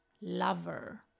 lover